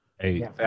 Hey